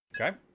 okay